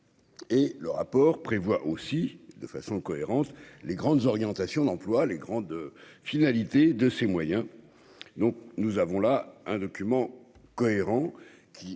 et le rapport prévoit aussi de façon cohérente, les grandes orientations d'emploi les grandes finalités de ses moyens, donc nous avons là un document cohérent qui